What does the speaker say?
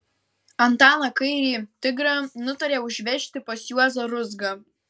antaną kairį tigrą nutarė užvežti pas juozą ruzgą